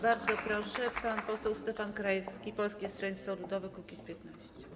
Bardzo proszę, pan poseł Stefan Krajewski, Polskie Stronnictwo Ludowe - Kukiz15.